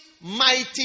mighty